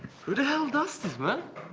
the hell does this, man?